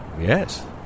Yes